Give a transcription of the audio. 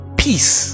peace